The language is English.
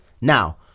Now